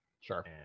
sure